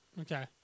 Okay